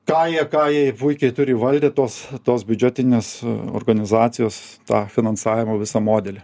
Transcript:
ką jie ką jie puikiai turi valdė tos tos biudžetinės organizacijos tą finansavimo visą modelį